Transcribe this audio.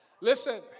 Listen